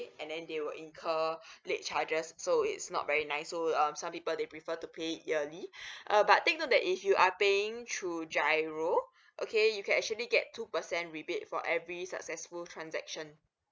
and then they will incur late charges so it's not very nice so um some people they prefer to pay it yearly uh but take note that if you are paying through G_I_R_O okay you can actually get two percent rebate for every successful transaction